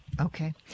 Okay